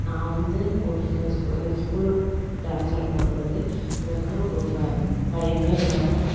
நான் வந்து ஒரு எங்கள் எங்கள் ஸ்கூலில் டான்ஸ் ஆடும்போது வந்து எனக்கு வந்து ஒரு பயம் பயமே இல்லாமல்